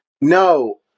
no